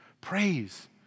Praise